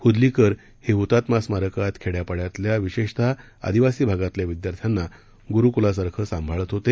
हुदलीकर हे हुतात्मा स्मारकात खेड्यापाड्यातल्या विशेषतः आदिवासी भागातल्या विद्यार्थ्यांना गुरुकुलासारखे सांभाळत होते